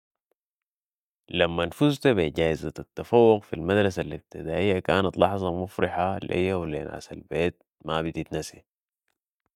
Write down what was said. لمن فزت بي جائزة التفوق في المدرسة الابتدائية كانت لحظة مفرحة لي و لي ناس البيت ما بتتنسي